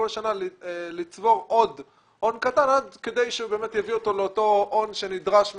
שנה לצבור עוד הון קטן כדי שבאמת יביא אותו לאותו הון שנדרש ממנו,